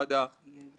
שבאים לומר כלפינו,